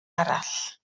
arall